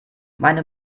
meine